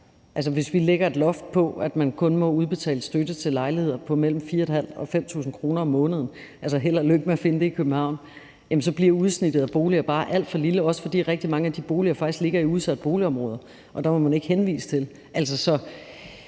Altså, hvis vi lægger et loft over, at man kun må udbetale støtte til lejligheder med huslejer på mellem 4.500 og 5.000 kr. om måneden – altså, held og lykke med at finde det i København – så bliver udsnittet af boliger bare alt for lille, også fordi rigtig mange af de boliger faktisk ligger i udsatte boligområder, og der må man ikke anvise til. Så på